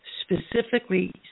specifically